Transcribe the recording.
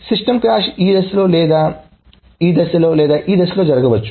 ఇప్పుడు system crash ఈ దశలో లేదా ఈ దశలో లేదా ఈ దశలో జరగవచ్చు